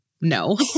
no